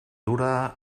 dura